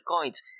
coins